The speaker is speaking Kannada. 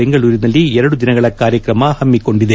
ಬೆಂಗಳೂರಿನಲ್ಲಿ ಎರಡು ದಿನಗಳ ಕಾರ್ಯಕ್ರಮ ಹಮ್ಸಿಕೊಂಡಿದೆ